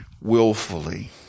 willfully